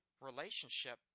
relationship